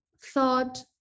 thought